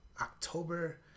October